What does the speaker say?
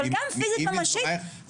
אבל גם פיזית ממשית,